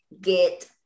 get